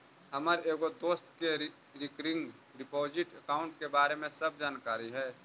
हमर एगो दोस्त के रिकरिंग डिपॉजिट अकाउंट के बारे में सब जानकारी हई